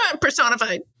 personified